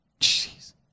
Jeez